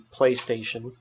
PlayStation